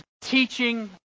teaching